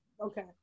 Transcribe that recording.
Okay